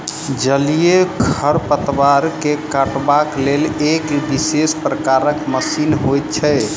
जलीय खढ़पतवार के काटबाक लेल एक विशेष प्रकारक मशीन होइत छै